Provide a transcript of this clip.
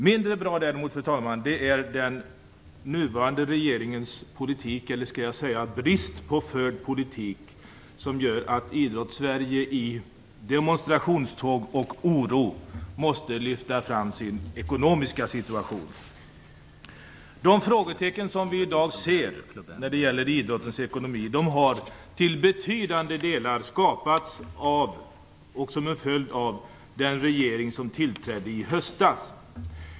Mindre bra är däremot den politik - eller snarare brist på politik - från den nuvarande regeringens sida som gör att Idrottssverige i demonstrationståg måste lyfta fram sin ekonomiska situation. De frågetecken som vi i dag ser när det gäller idrottens ekonomi har till betydande del skapats av den regering som tillträdde i höstas.